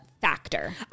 factor